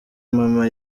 mama